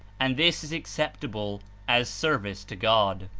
and this is acceptable as service to god.